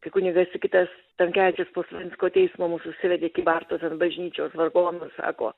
kai kunigas sigitas tamkevičius po svensko teismo mus užsivedė kybartų bažnyčios vargonų sako